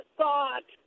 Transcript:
thought